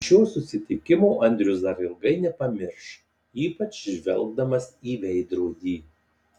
šio susitikimo andrius dar ilgai nepamirš ypač žvelgdamas į veidrodį